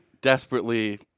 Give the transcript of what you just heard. desperately